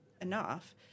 enough